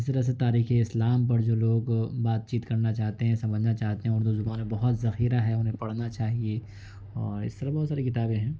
اسی طرح سے تاریخ اسلام پر جو لوگ بات چیت کرنا چاہتے ہیں سمجھنا چاہتے ہیں اردو زبان پر بہت ذخیرہ ہے انہیں پڑھنا چاہیے اور اس طرح بہت ساری کتابیں ہیں